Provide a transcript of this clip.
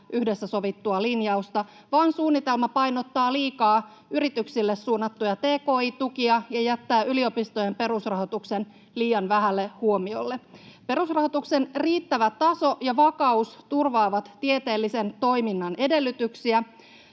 yhdessä sovittua linjausta, vaan suunnitelma painottaa liikaa yrityksille suunnattuja tki-tukia ja jättää yliopistojen perusrahoituksen liian vähälle huomiolle. Perusrahoituksen riittävä taso ja vakaus turvaavat tieteellisen toiminnan edellytyksiä,